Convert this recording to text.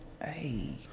Hey